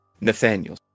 Nathaniel